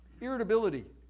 irritability